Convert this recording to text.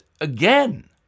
again